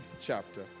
chapter